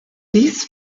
dies